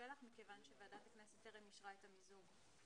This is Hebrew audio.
שלח מכיוון שוועדת הכנסת טרם אישרה את המיזוג.